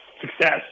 success